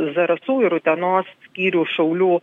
zarasų ir utenos skyrių šaulių